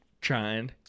trying